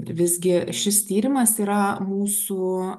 visgi šis tyrimas yra mūsų